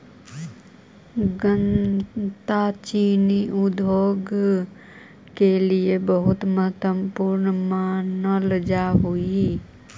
गन्ना चीनी उद्योग के लिए बहुत महत्वपूर्ण मानल जा हई